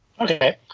Okay